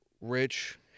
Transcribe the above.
rich